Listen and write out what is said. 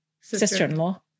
sister-in-law